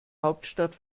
hauptstadt